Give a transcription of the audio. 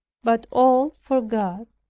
but all for god.